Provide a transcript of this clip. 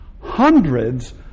hundreds